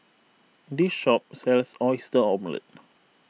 this shop sells Oyster Omelette